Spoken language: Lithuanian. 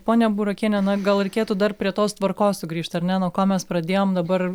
ponia burokiene na gal reikėtų dar prie tos tvarkos sugrįžt ar ne nuo ko mes pradėjom dabar